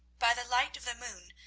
by the light of the moon,